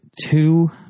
two